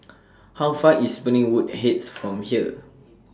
How Far away IS Springwood Heights from here